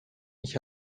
ich